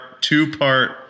two-part